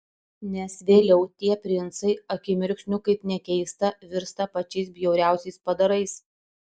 nes vėliau tie princai akimirksniu kaip nekeista virsta pačiais bjauriausiais padarais